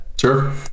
Sure